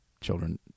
children